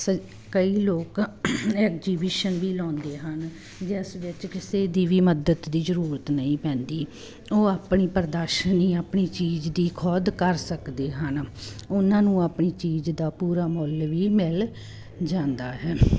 ਸ ਕਈ ਲੋਕ ਐਗਜ਼ੀਬਿਸ਼ਨ ਵੀ ਲਾਉਂਦੇ ਹਨ ਜਿਸ ਵਿੱਚ ਕਿਸੇ ਦੀ ਵੀ ਮਦਦ ਦੀ ਜ਼ਰੂਰਤ ਨਹੀਂ ਪੈਂਦੀ ਉਹ ਆਪਣੀ ਪ੍ਰਦਰਸ਼ਨੀ ਆਪਣੀ ਚੀਜ਼ ਦੀ ਖੁਦ ਕਰ ਸਕਦੇ ਹਨ ਉਹਨਾਂ ਨੂੰ ਆਪਣੀ ਚੀਜ਼ ਦਾ ਪੂਰਾ ਮੁੱਲ ਵੀ ਮਿਲ ਜਾਂਦਾ ਹੈ